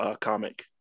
comic